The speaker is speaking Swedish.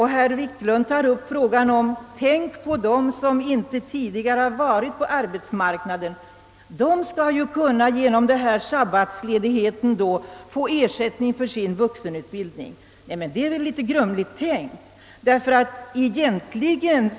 Herr Wiklund uppmanar oss: Tänk på dem som tidigare inte har varit ute på arbetsmarknaden. De skall ju genom denna sabbatsledighet kunna få ersättning för sin vuxenutbildning. Denna tanke är väl ändå litet grumlig.